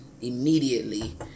immediately